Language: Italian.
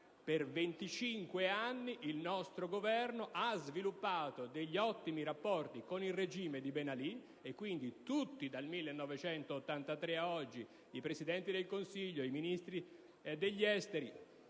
Per 25 anni il nostro Governo ha sviluppato ottimi rapporti con il regime di Ben Ali, e quindi tutti, dal 1983 ad oggi, i Presidenti del Consiglio, i Ministri degli esteri